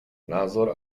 názor